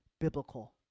biblical